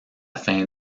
fin